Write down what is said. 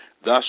Thus